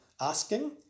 asking